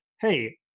hey